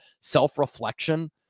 self-reflection